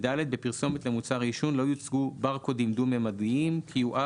(ד) בפרסומת למוצר העישון לא יוצגו ברקודים דו-ממדיים (QR